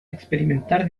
experimentar